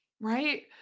right